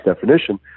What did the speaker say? definition